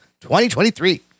2023